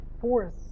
force